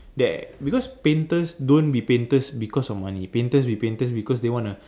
their because painters don't be painters because of money painters be painters because they wanna